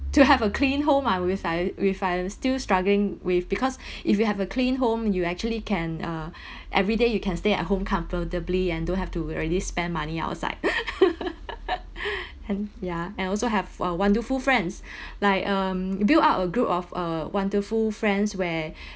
to have a clean home I with I with I still struggling with because if you have a clean home you actually can uh everyday you can stay at home comfortably and don't have to really spend money outside and ya and also have uh wonderful friends like um build up a group of uh wonderful friends where